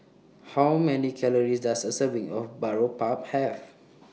How Many Calories Does A Serving of Boribap Have